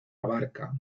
abarca